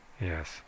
Yes